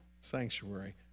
sanctuary